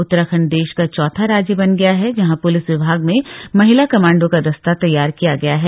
उत्तराखण्ड देश का चौथा राज्य बन गया है जहां प्लिस विभाग में महिला कमाण्डो का दस्ता तैयार किया गया है